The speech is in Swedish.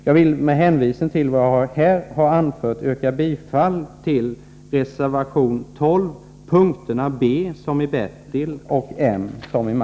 Jag vill med hänvisning till vad jag här har anfört yrka bifall till reservation 12 avseende momenten 12b och m.